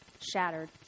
shattered